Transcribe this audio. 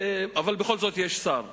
אבל בכל זאת יש שר.